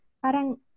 parang